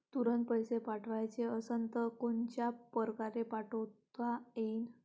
तुरंत पैसे पाठवाचे असन तर कोनच्या परकारे पाठोता येईन?